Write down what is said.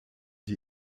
die